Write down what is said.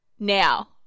Now